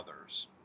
others